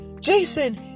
Jason